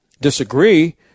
disagree